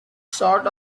sort